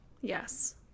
Yes